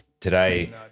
Today